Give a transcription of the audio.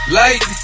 light